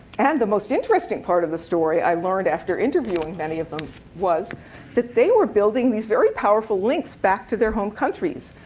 and the most interesting part of the story, i learned after interviewing many of them, was that they were building these very powerful links back to their home countries.